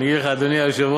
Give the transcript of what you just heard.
אני אגיד לך, אדוני היושב-ראש,